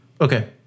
Okay